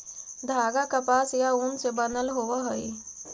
धागा कपास या ऊन से बनल होवऽ हई